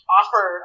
offer